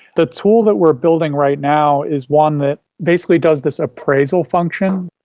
the tool that we are building right now is one that basically does this appraisal function.